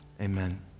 amen